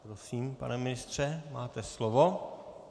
Prosím, pane ministře, máte slovo.